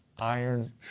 iron